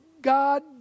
God